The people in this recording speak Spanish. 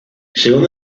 según